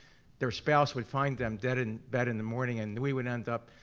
their spouse would find them dead in bed in the morning and we would end up,